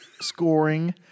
scoring